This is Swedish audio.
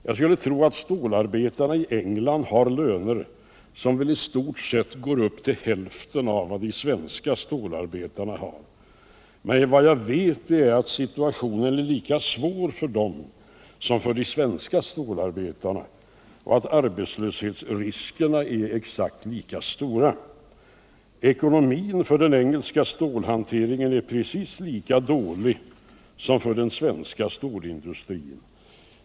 Jag skulle tro att stålarbetarna i England harlöner som i stort sett går upp till hälften av de svenska stålarbetarnas löner, men jag vet att situationen är lika svår för dem som för de svenska stålarbetarna och att arbetslöshetsriskerna är exakt lika stora. Ekonomin för den engelska stålhanteringen är precis lika dålig som för den svenska stålindustrin.